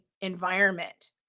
environment